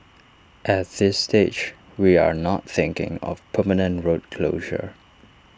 at this stage we are not thinking of permanent road closure